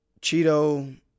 Cheeto